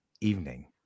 evening